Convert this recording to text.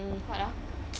mm what ah